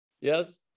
yes